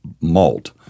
malt